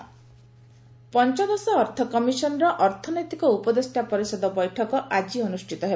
EAC meeting ପଞ୍ଚଦଶ ଅର୍ଥ commission ର ଅର୍ଥନୈତିକ ଉପଦେଷ୍ଟା ପରିଷଦ ବୈଠକ ଆକି ଅନୁଷ୍ଠିତ ହେବ